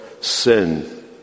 sin